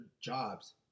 jobs